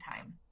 time